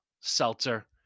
seltzer